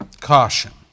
Caution